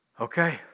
okay